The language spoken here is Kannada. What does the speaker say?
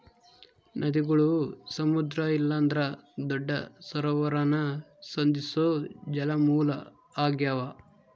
ನದಿಗುಳು ಸಮುದ್ರ ಇಲ್ಲಂದ್ರ ದೊಡ್ಡ ಸರೋವರಾನ ಸಂಧಿಸೋ ಜಲಮೂಲ ಆಗ್ಯಾವ